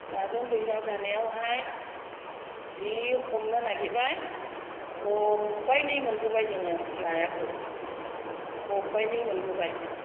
नाजों दैजों जानायावहाय जि हमनो नागेरबाय खबाइनै मोनबोबाय जोङो नायाखौ खबाइनै मोनबोबाय